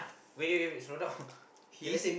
wait wait wait slow down he's